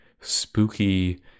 spooky